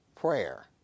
prayer